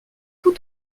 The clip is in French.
tous